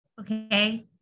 Okay